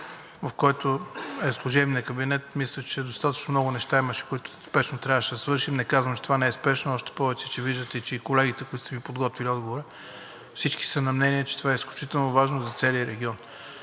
в който е служебният кабинет, мисля, че достатъчно много неща имаше, които спешно трябваше да свършим. Не казвам, че това не е спешно. Още повече, виждате, че и колегите, които са Ви подготвили отговора, всички са на мнение, че това е изключително важно за целия регион.